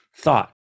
thought